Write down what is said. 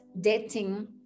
dating